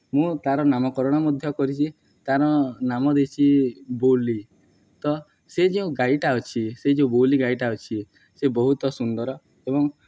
ମୁଁ ତା'ର ନାମକରଣ ମଧ୍ୟ କରିଛି ତା'ର ନାମ ଦେଇଛି ବୋଉଲି ତ ସେ ଯଉଁ ଗାଈଟା ଅଛି ସେ ଯୋଉ ବୋଉଲି ଗାଈଟା ଅଛି ସେ ବହୁତ ସୁନ୍ଦର ଏବଂ